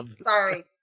Sorry